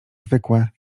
zwykłe